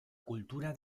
cultura